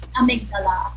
amygdala